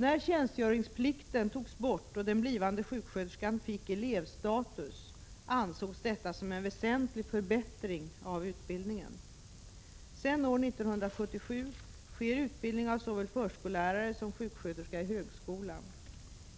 När tjänstgöringsplikten togs bort och den blivande sjuksköterskan fick elevstatus, ansågs detta som en väsentlig förbättring av utbildningen. Sedan år 1977 sker utbildning av såväl förskollärare som sjuksköterska i högskolan.